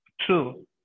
true